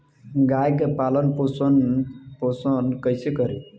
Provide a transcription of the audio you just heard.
गाय के पालन पोषण पोषण कैसे करी?